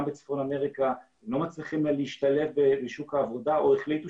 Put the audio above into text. בצפון אמריקה לא מצליחים להשתלב בשוק העבודה או החליטו